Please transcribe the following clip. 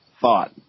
thought